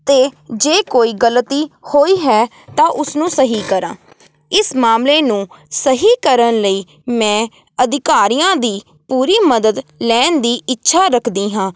ਅਤੇ ਜੇ ਕੋਈ ਗਲਤੀ ਹੋਈ ਹੈ ਤਾਂ ਉਸਨੂੰ ਸਹੀ ਕਰਾਂ ਇਸ ਮਾਮਲੇ ਨੂੰ ਸਹੀ ਕਰਨ ਲਈ ਮੈਂ ਅਧਿਕਾਰੀਆਂ ਦੀ ਪੂਰੀ ਮਦਦ ਲੈਣ ਦੀ ਇੱਛਾ ਰੱਖਦੀ ਹਾਂ